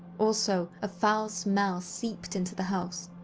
also, a foul smell seeped into the house,